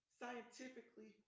scientifically